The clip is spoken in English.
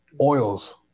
oils